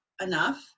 enough